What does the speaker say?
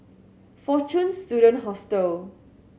Fortune Student Hostel